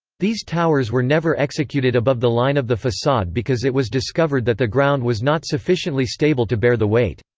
these towers were never executed above the line of the facade because it was discovered that the ground was not sufficiently stable to bear the weight.